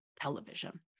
television